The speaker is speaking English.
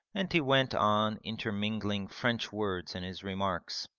and he went on intermingling french words in his remarks.